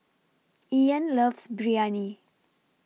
Ian loves Biryani